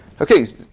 Okay